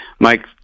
Mike